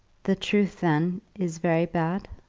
the truth, then, is very bad?